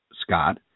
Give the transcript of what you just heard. Scott